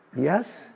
Yes